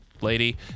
lady